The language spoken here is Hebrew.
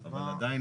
אבל עדיין,